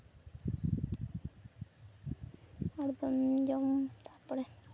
ᱟᱨ ᱵᱟᱝ ᱡᱮᱢᱚᱱ ᱛᱟᱯᱚᱨᱮ